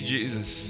Jesus